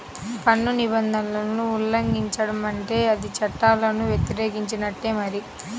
పన్ను నిబంధనలను ఉల్లంఘించడం అంటే అది చట్టాలను వ్యతిరేకించినట్టే మరి